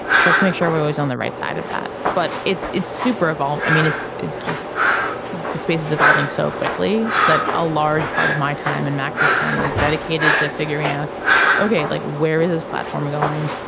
so let's make sure we're always on the right side of that. but it's it's super evolved. i mean it's it's just the space is evolving so quickly that a large part of my time and max's time is dedicated to figuring out ok. like where is this platform going.